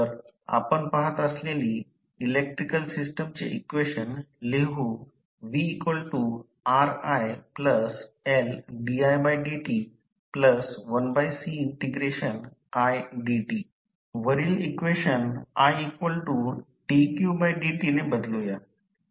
तर आपण पाहत असलेली इलेक्ट्रिकल सिस्टमचे इक्वेशन लिहू VRiLdidt1Cidt वरील इक्वेशन idqdt ने बदलूया